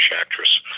actress